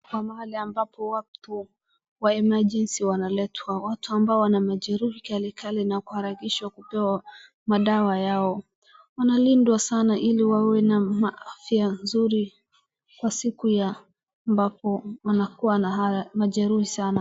Hapa ni mahali ambapo watu wa emergency wanaletwa. Watu ambao wana majeruhi kalikali huharikishwa madawa yao wanalindwa sana ili wawe na afya nzuri kwa siku ambapo wanakuwa na haya majeruhi sana.